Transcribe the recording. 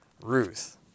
Ruth